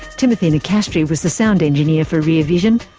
timothy nicastri was the sound engineer for rear vision.